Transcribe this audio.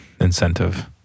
incentive